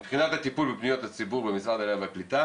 מבחינת הטיפול בפניות הציבור במשרד העלייה והקליטה